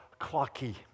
Clocky